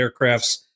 aircrafts